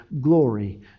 glory